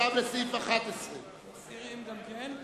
סעיף 11. מסירים גם כן.